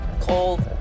cold